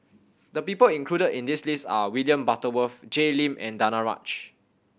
the people included in this list are William Butterworth Jay Lim and Danaraj